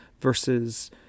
versus